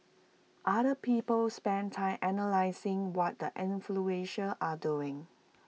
other people spend time analysing what the influential are doing